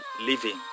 living